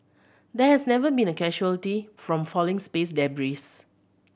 there has never been a casualty from falling space debris